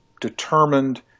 determined